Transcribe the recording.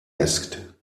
asked